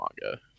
manga